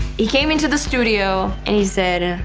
he came into the studio, and he said,